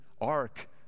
ark